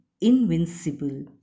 Invincible